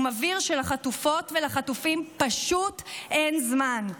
הוא מבהיר שלחטופות ולחטופים פשוט אין זמן.